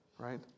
right